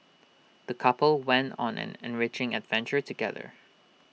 the couple went on an enriching adventure together